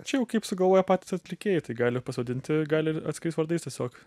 čia jau kaip sugalvoja patys atlikėjai tai gali pasodinti gali ir atskirais vardais tiesiog